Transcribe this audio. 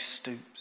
stoops